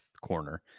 corner